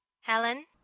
Helen